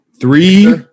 Three